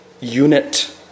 unit